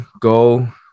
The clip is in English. go